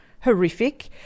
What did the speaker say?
horrific